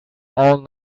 all